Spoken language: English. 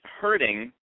hurting